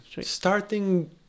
starting